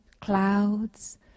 clouds